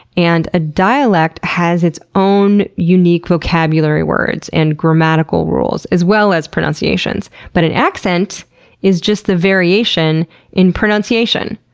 and a dialect has its own unique vocabulary words and grammatical rules, as well as pronunciations, but an accent is just the variation in pronunciation.